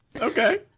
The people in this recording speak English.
Okay